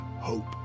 hope